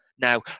Now